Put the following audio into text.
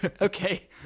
Okay